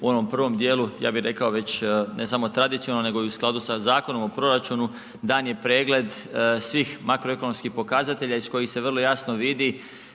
u onom prvom djelu, ja bi rekao već ne samo tradicionalno nego i u skladu sa Zakonom o proračunu, dan je pregled svih makroekonomskih pokazatelja iz kojih se vrlo jasno vidi